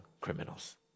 criminals